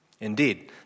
Indeed